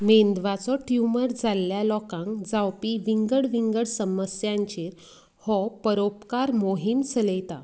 मेंदवाचो ट्यूमर जाल्ल्या लोकांक जावपी विंगड विंगड समस्यांचेर हो परोपकार मोहीम चलयता